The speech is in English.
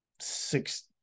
six